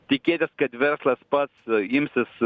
tikėtis kad verslas pats imsis